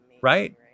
right